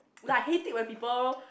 like I hate it when people